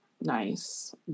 nice